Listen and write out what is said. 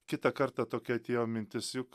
kitą kartą tokia atėjo mintis juk